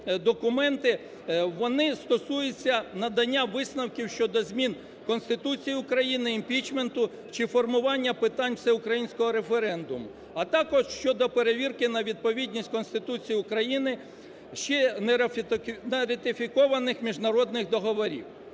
Вони стосуються надання висновків щодо змін Конституції України, імпічменту чи формування питань всеукраїнського референдуму, а також щодо перевірки на відповідність Конституції України, чи нератифікованих міжнародних договорів.